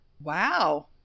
Wow